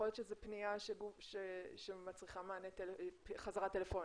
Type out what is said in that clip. להיות שזו פנייה שמצריכה חזרה טלפונית.